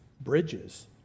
bridges